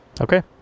Okay